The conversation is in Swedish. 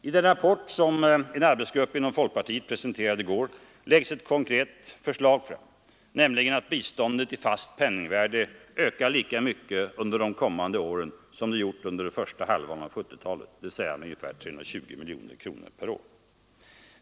I den rapport som en arbetsgrupp inom folkpartiet presenterade i går läggs ett konkret förslag fram, nämligen om att biståndet i fast penningvärde skall öka lika mycket under de kommande åren som det gjort under den första halvan av 1970-talet, dvs. med ungefär 320 miljoner kronor per år.